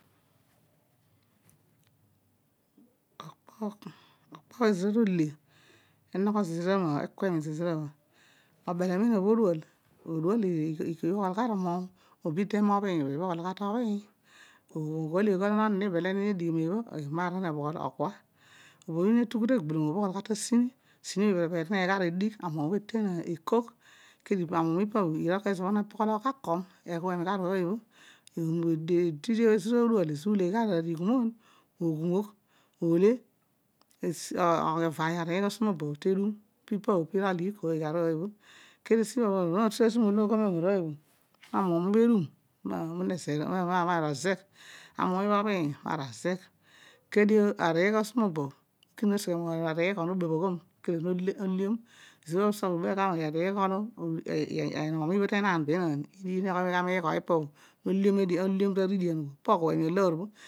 okay pezira ole en ogho zazra ha ekovy ziva bhe ibe amem obbo uru obho odual inol ghen dão kua abhogh ghia omnum obo idi tari ibbiin ibhoghol gha to obbin ubho, ught oghal nenii beleni po ubhogholoma bo bho matugh to egbolon mobho ilhoghol gha ta asighini ande obho asigo iraany the kar ta aghini amun aten, oogh, leedio pronuum ipa bhe irol kezo bho ana na poghol oghe akom, na kuemi gha rooy obho ididi ezira odual ezira ulaes gha mi gha maar ugumugh ohe oveet asi gho asamabebl udam pe pabho p iral iskooy gha rooy obh roo gh keekesa urizigh, kedi esibhabhaemaay naer aar olo umoghonyar is ma mayn hbhaedum mime zeey rooy amunr bha obhiln pa ra zigh kads ara gho̱ asumabobh mu saghe me rugho no boghogbe mi kir to miom ar gho ibha igho no liom tar dian obho mo ghmemi aloor obho.